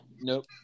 Nope